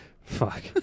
fuck